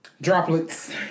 Droplets